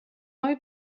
های